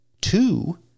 Two